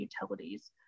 utilities